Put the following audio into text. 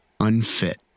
unfit